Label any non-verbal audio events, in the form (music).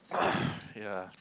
(coughs) ya